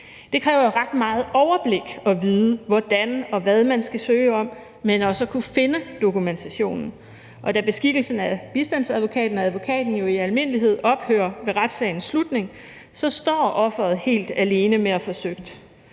Det kræver ret meget overblik og viden om, hvordan og hvad man skal søge om, men også om at kunne finde dokumentationen. Og da beskikkelsen af bistandsadvokaten og advokaten jo i almindelighed ophører ved retssagens slutning, står offeret helt alene med at få søgt.